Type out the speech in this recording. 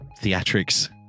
theatrics